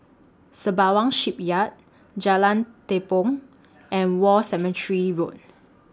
Sembawang Shipyard Jalan Tepong and War Cemetery Road